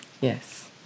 Yes